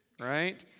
right